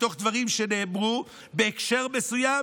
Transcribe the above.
מתוך דברים שנאמרו בהקשר מסוים,